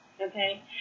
okay